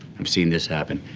i've seen this happen,